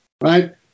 right